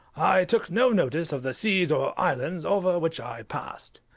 i took no notice of the seas or islands over which i passed.